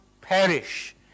perish